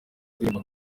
ndirimbo